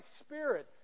spirit